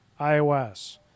iOS